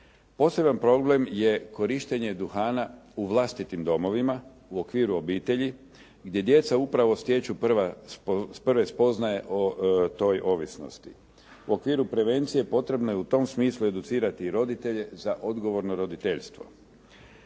Poseban problem je korištenje duhana u vlastitim domovima u okviru obitelji gdje djeca upravo stječu prve spoznaje o toj ovisnosti. U okviru prevencije potrebno je u tom smislu educirati i roditelje za odgovorno roditeljstvo.